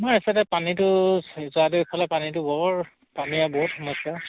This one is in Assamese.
আমাৰ এই ছাইডে পানীটো যোৱাটো এইফালে পানীটো বৰ পানীয়া বহুত সমস্যা